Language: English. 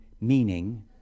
meaning